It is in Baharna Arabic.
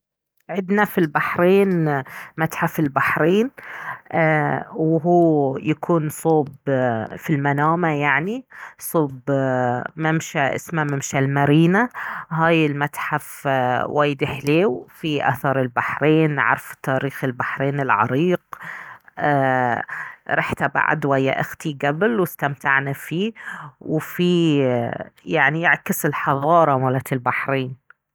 عندنا في البحرين متحف البحرين ايه وهو يكون صوب في المنامة يعني صوب ممشى اسمه ممشى المارينا هاي المتحف وايد حليو فيه آثار البحرين، نعرف آثار البحرين العريق ايه رحته بعد ويا اختي قبل واستمتعنا فيه وفيه يعني يعكس الحضارة مالت البحرين